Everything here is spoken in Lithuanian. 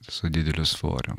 su dideliu svoriu